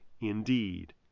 indeed